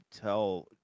tell